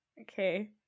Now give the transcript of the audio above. Okay